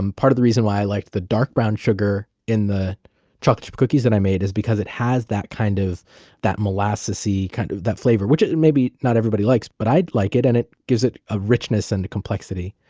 um part of the reason why i liked the dark brown sugar in the chocolate chip cookies that i made is because it has that kind of that molassey kind of. that flavor, which is and maybe not everybody likes but i like it, and it gives it a richness and complexity.